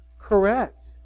correct